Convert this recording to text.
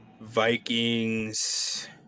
Vikings